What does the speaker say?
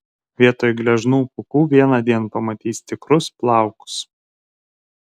vietoj gležnų pūkų vienądien pamatys tikrus plaukus